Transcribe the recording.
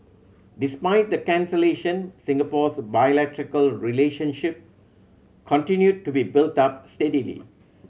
despite the cancellation Singapore's bilateral relationship continued to be built up steadily